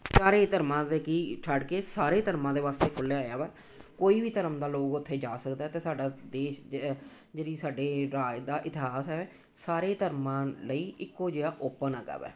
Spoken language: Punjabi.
ਚਾਰੇ ਧਰਮਾਂ ਦੇ ਕੀ ਛੱਡ ਕੇ ਸਾਰੇ ਧਰਮਾਂ ਦੇ ਵਾਸਤੇ ਖੋਲਿਆ ਹੋਇਆ ਹੈ ਕੋਈ ਵੀ ਧਰਮ ਦਾ ਲੋਕ ਉੱਥੇ ਜਾ ਸਕਦਾ ਅਤੇ ਸਾਡਾ ਦੇਸ਼ ਜਿਹੜੀ ਸਾਡੇ ਰਾਜ ਦਾ ਇਤਿਹਾਸ ਹੈ ਸਾਰੇ ਧਰਮਾਂ ਲਈ ਇੱਕੋ ਜਿਹਾ ਓਪਨ ਹੈਗਾ ਹੈ